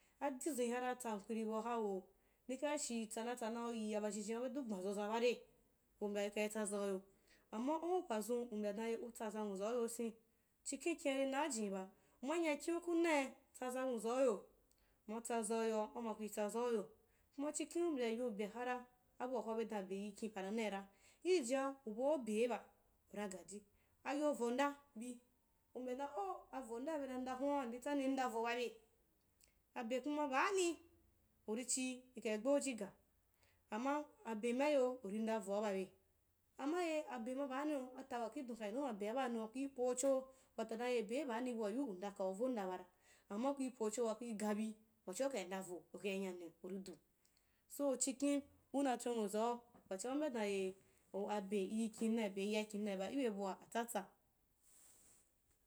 Adizuni hara dan nkuiri bau hara wovi ni kayashi tsana tsana yi aba zhezhen bedu gban zoza bare u mbya ikai tsazauyo amma u pazun u mbya dan eh tsaza nwuzanuyo yini chikhen kin’ari nai jiniba uma nya kin’u k unai tsaza nwuzau yo, uma tsazauyo, au ma kau rsazauyo, kuma ehikhen u mbya yo bea harsa abuahwa be dan abe yi kin pa na naira ijijia ubau beiba, ura gaji, a yauonda bi, u mbya dan oo avondabii, u mbya dan oo avondabi, bena uda hu’a ndi tsannin ndavo babe, abe kuma baani urichi ri kai gbeu jiga- amma abe maiyo ui ndavoa babe, amma ye abe ma baaniyo ata wakidon ka yinu da nabea baaniyo kui pocho wata dan eh abei baani abua yiu udan kauvo nda bara, amma kiu pocho wa kui bagi wachia ukai ndavo, ukai ngani uri u so chikhen una chon nwuzau wachia u mbya dan eh abe yi kinnai be yia kin nai b ibe buatsatsa.